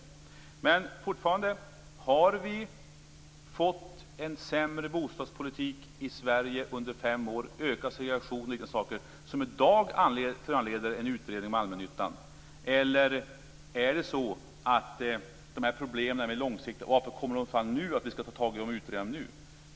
Jag vill fortfarande säga att vi har fått en sämre bostadspolitik i Sverige under de senaste fem åren, ökad segregation och liknande saker. Det föranleder i dag en utredning av allmännyttan. Varför kommer dessa problem annars fram nu, och varför skall vi ta tag i dem och utreda dem nu?